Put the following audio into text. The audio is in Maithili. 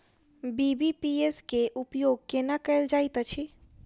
बी.बी.पी.एस केँ उपयोग केना कएल जाइत अछि?